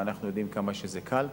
ואנחנו יודעים כמה שזה קל.